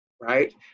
right